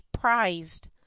prized